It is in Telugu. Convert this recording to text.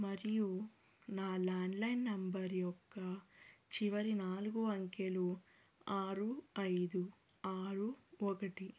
మరియు నా ల్యాండ్లైన్ నంబర్ యొక్క చివరి నాలుగు అంకెలు ఆరు ఐదు ఆరు ఒకటి